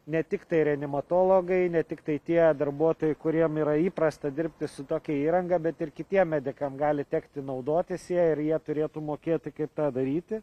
ne tiktai reanimatologai ne tiktai tie darbuotojai kuriem yra įprasta dirbti su tokia įranga bet ir kitiem medikam gali tekti naudotis ir jie turėtų mokėti kaip tą daryti